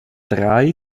drei